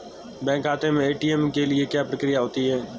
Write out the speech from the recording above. Bank खाते में ATM के लिए क्या प्रक्रिया होती है?